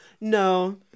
No